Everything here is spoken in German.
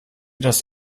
dass